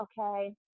okay